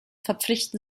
verpflichten